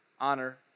Honor